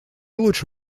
лучше